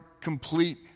complete